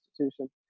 institution